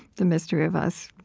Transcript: the mystery of us